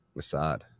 Massad